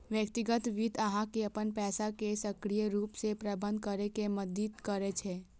व्यक्तिगत वित्त अहां के अपन पैसा कें सक्रिय रूप सं प्रबंधित करै मे मदति करै छै